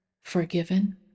Forgiven